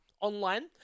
Online